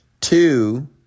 Two